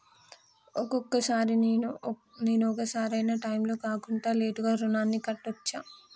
ఒక్కొక సారి నేను ఒక సరైనా టైంలో కాకుండా లేటుగా రుణాన్ని కట్టచ్చా?